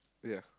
ya